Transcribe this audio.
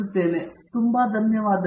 ಪ್ರತಾಪ್ ಹರಿಡೋಸ್ ಧನ್ಯವಾದಗಳು